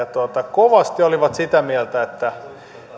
kovasti olivat sitä mieltä että